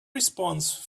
response